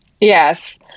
Yes